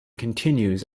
continues